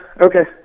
Okay